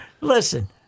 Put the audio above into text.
Listen